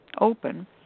open